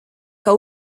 que